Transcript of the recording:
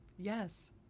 Yes